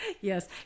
Yes